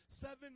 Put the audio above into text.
seven